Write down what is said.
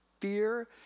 fear